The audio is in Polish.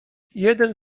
jeden